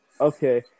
okay